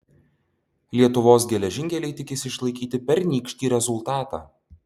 lietuvos geležinkeliai tikisi išlaikyti pernykštį rezultatą